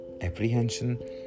apprehension